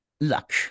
luck